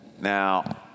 Now